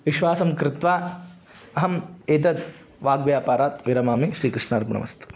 विश्वासं कृत्वा अहम् एतत् वाग्व्यापारात् विरमामि श्रीकृष्णार्पणमस्तु